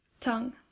tongue